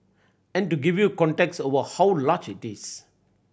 and to give you context over how large it is